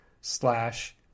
slash